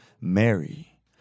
Mary